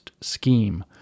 scheme